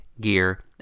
gear